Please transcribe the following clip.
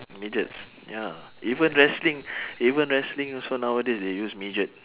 midgets ya even wrestling even wrestling also nowadays they use midget